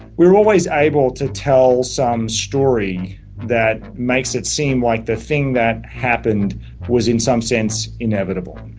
we are always able to tell some story that makes it seem like the thing that happened was in some sense inevitable.